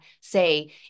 say